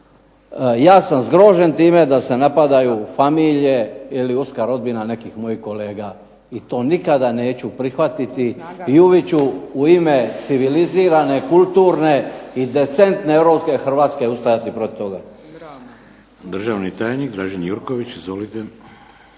Ja sam zgrožen time da se napadaju familije ili uska rodbina nekih mojih kolega i to nikada neću prihvatiti i uvijek ću u ime civilizirane, kulturne i decentne europske Hrvatske ustajati protiv toga.